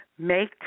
Make